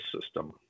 system